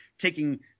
taking